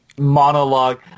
monologue